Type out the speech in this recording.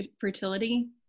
Fertility